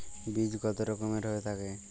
বীজ কত রকমের হয়ে থাকে?